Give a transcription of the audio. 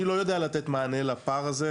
אני לא יודע לתת מענה לפער הזה,